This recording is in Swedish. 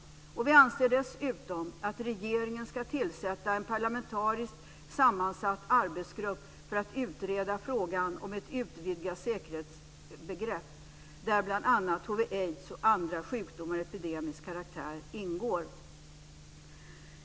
Vi anser dessutom att regeringen ska tillsätta en parlamentariskt sammansatt arbetsgrupp för att utreda frågan om ett utvidgat säkerhetsbegrepp där bl.a. hiv/aids och andra sjukdomar av epidemisk karaktär ingår.